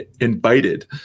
invited